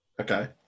Okay